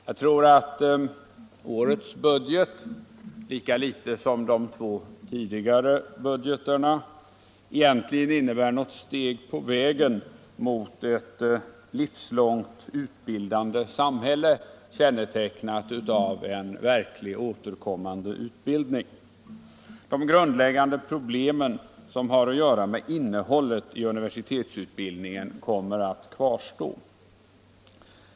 Jag tror inte att årets budget, lika litet som de två tidigare budgeterna, egentligen innebär något steg på vägen mot ett livslångt utbildande samhälle kännetecknat av en verkligt återkommande utbildning. De grundläggande problem som har att göra med innehållet i universitetsutbildningen kommer att kvarstå.